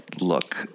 look